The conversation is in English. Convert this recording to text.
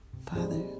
Father